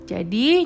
Jadi